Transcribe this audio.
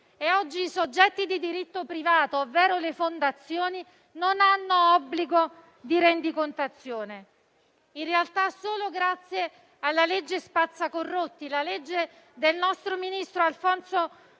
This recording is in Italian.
e oggi i soggetti di diritto privato, ovvero le fondazioni, non hanno obbligo di rendicontazione. In realtà, solo grazie alla legge "spazzacorrotti" e al nostro ministro Alfonso